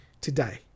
today